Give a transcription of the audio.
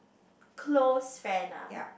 close friend ah